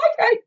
Okay